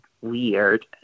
weird